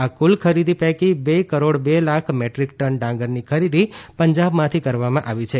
આ કુલ ખરીદી પૈકી બે કરોડ બે લાખ મેટ્રીક ટન ડાંગરની ખરીદી પંજાબમાંથી કરવામાં આવી છે